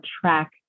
track